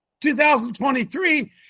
2023